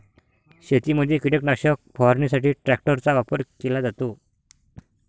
शेतीमध्ये कीटकनाशक फवारणीसाठी ट्रॅक्टरचा वापर केला जातो